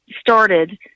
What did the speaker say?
started